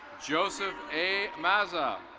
joseph a vaza.